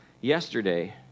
Yesterday